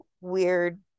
weird